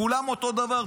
כולם אותו דבר.